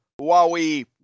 Huawei